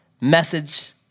message